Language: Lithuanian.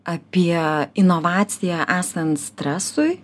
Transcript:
apie inovaciją esant stresui